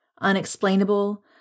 Unexplainable